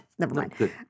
Nevermind